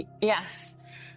yes